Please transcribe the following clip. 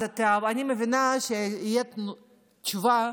אז אני מבינה שתהיה תשובה: